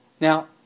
Now